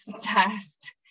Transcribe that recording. test